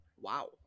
Wow